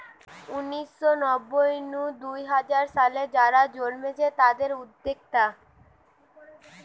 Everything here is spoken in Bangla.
উনিশ শ নব্বই নু দুই হাজার সালে যারা জন্মেছে তাদির উদ্যোক্তা